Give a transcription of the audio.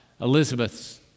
Elizabeth's